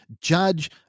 judge